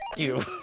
you.